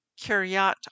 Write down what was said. Kiryat